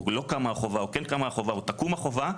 קמה החובה או לא קמה החובה או תקום החובה,